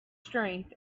strength